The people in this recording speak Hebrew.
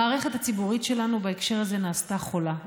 המערכת הציבורית שלנו בהקשר הזה נעשתה חולה,